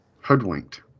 hoodwinked